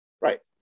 Right